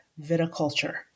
viticulture